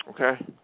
Okay